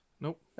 Nope